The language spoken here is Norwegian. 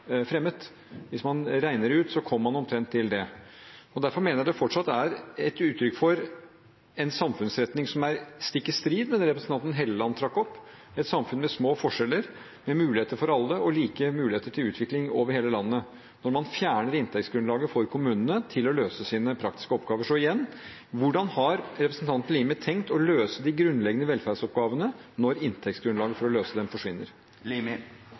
fremmet. Hvis man regner det ut, kommer man omtrent til det. Derfor mener jeg at det fortsatt er et uttrykk for en samfunnsretning som er stikk i strid med det representanten Helleland trakk opp – et samfunn med små forskjeller, med muligheter for alle og like muligheter til utvikling over hele landet – når man fjerner inntektsgrunnlaget for kommunene til å løse sine praktiske oppgaver. Så igjen: Hvordan har representanten Limi tenkt å løse de grunnleggende velferdsoppgavene når inntektsgrunnlaget for å løse dem forsvinner?